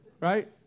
Right